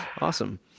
Awesome